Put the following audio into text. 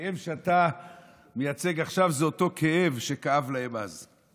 הכאב שאתה מייצג עכשיו זה אותו כאב שכאב להם אז.